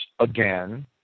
Again